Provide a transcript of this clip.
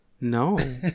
No